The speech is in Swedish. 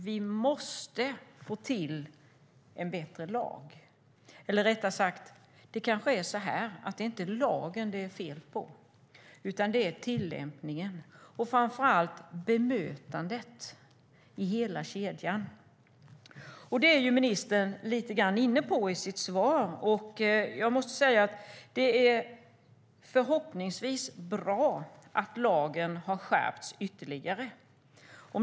Vi måste få till en bättre lag. Eller rättare sagt är det kanske inte lagen det är fel på utan tillämpningen och framför allt bemötandet i hela kedjan. Detta kommer ministern in lite grann på i svaret. Det är förhoppningsvis bra att lagen har skärpts ytterligare.